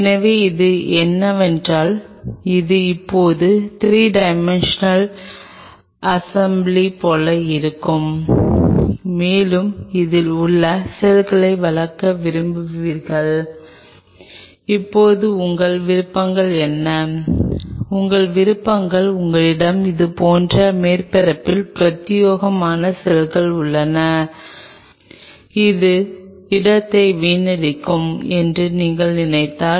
எனவே poly D லைசினுடன் நாங்கள் இங்கே சிக்கலை விட்டுவிட்டோம் அதை நீங்கள் உண்மையிலேயே சரிபார்க்கலாம் என்று சொன்னேன் இது மேற்பரப்பு பண்புகள் எவ்வாறு மாறுகின்றன அது எவ்வாறு விதிக்கப்படுகிறது என்பது நடத்தை மாறும்